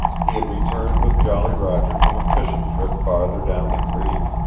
he had returned with jolly roger from a fishing trip farther down the creek,